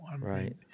Right